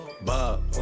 Bob